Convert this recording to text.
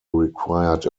required